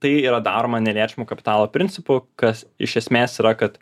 tai yra daroma neliečiamo kapitalo principu kas iš esmės yra kad